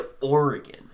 Oregon